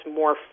more